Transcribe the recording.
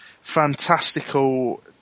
fantastical